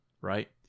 Right